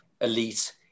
elite